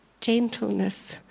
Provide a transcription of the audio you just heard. gentleness